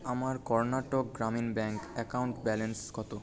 আমার Karnataka Gramin bank account balance কত